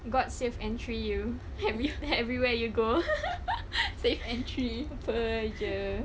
mm god safe entry you everywhere you go safe entry apa jer